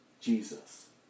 Jesus